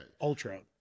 ultra